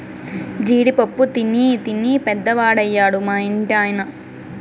జీడి పప్పు తినీ తినీ పెద్దవాడయ్యాడు మా ఇంటి ఆయన